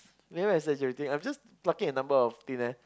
you know there's this rating I'm just plucking a number out of thin air